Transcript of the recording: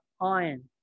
iron